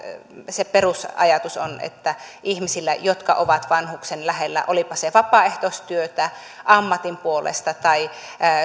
se perusajatus on että ihmisillä jotka ovat vanhuksen lähellä olipa se vapaaehtoistyötä ammatin puolesta tai